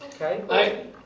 Okay